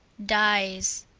dyes.